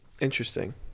Interesting